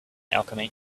alchemy